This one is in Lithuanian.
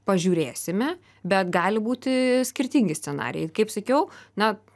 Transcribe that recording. pažiūrėsime bet gali būti skirtingi scenarijai kaip sakiau na